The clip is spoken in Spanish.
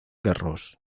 garros